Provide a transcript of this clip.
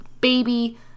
baby